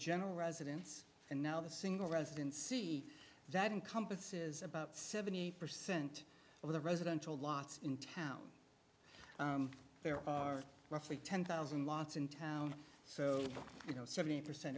general residence and now the single residency that encompasses about seventy percent of the residential lots in town there are roughly ten thousand lots in town so you know seventy percent